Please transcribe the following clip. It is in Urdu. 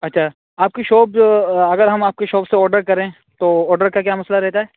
اچھا آپ کی شاپ جو اگر ہم آپ کی شاپ سے آرڈر کریں تو آرڈر کا کیا مسئلہ رہتا ہے